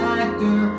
actor